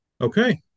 Okay